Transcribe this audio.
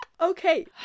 Okay